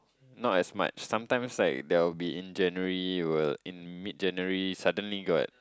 not as much sometimes like there will be in January will in mid January suddenly got